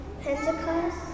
Pentecost